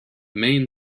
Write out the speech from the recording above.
main